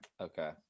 okay